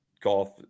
Golf